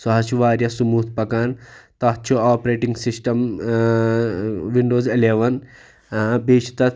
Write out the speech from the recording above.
سُہ حٕظ چھُ واریاہ سٕموٗتھ پَکان تتھ چھُ آپریٹِنٛگ سِسٹَم وِنڈوز اِلیٚوَن بیٚیہِ چھِ تتھ